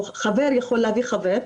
או חבר יכול להביא חבר,